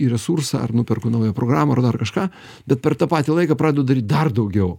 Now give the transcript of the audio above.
į resursą ar nuperku naują programą ar dar kažką bet per tą patį laiką pradedu daryt dar daugiau